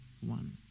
one